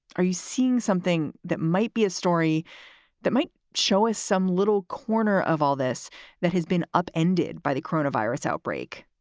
are you seeing something that might be a story that might show us some little corner of all this that has been upended by the corona virus outbreak?